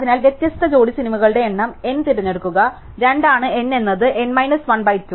അതിനാൽ വ്യത്യസ്ത ജോഡി സിനിമകളുടെ എണ്ണം n തിരഞ്ഞെടുക്കുക 2 ആണ് n എന്നത് n മൈനസ് 1 ബൈ 2